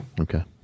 Okay